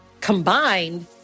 combined